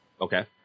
Okay